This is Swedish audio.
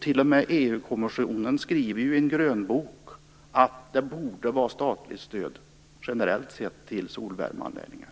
T.o.m. EU-kommissionen skriver i en grönbok att det borde vara generellt statligt stöd till solvärmeanläggningar.